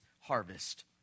harvest